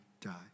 die